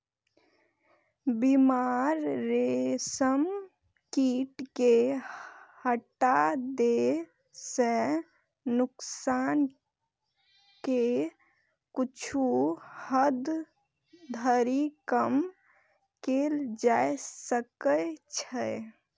बीमार रेशम कीट कें हटा दै सं नोकसान कें किछु हद धरि कम कैल जा सकै छै